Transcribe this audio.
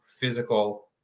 physical